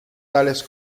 tales